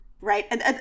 Right